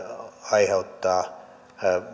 aiheuttaa